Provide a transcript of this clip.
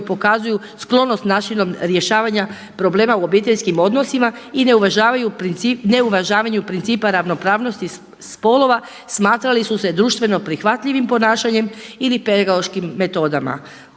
pokazuju sklonost načinom rješavanja problema u obiteljskim odnosima i ne uvažavanju principa ravnopravnosti spolova smatrali su se društveno prihvatljivim ponašanjem ili pedagoškim metodama.